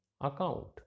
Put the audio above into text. account